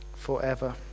Forever